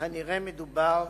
כנראה מדובר,